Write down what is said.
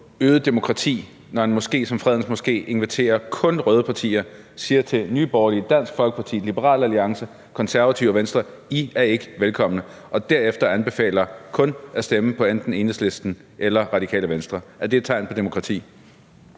øget demokrati, når en moské som Fredens Moské kun inviterer røde partier og siger til Nye Borgerlige, Dansk Folkeparti, Liberal Alliance, Konservative og Venstre: I er ikke velkomne; og når man derefter anbefaler kun at stemme på enten Enhedslisten eller Radikale Venstre – er det et tegn på demokrati?